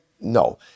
no